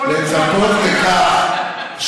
בוא לכאן.